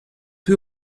peu